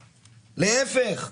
להיפך,